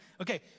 Okay